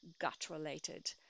gut-related